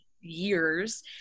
years